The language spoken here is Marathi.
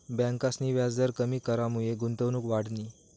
ब्यांकसनी व्याजदर कमी करामुये गुंतवणूक वाढनी